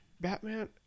Batman